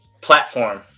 platform